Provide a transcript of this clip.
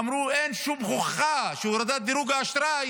אמרו: אין שום הוכחה שהורדת דירוג האשראי